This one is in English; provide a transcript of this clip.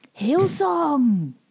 Hillsong